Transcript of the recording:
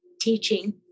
teaching